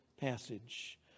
passage